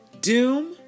doom